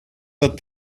that